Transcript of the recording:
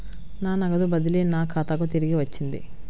నా నగదు బదిలీ నా ఖాతాకు తిరిగి వచ్చింది